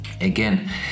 Again